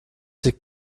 liegt